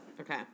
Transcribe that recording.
Okay